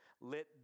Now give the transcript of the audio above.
let